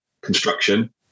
construction